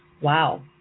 Wow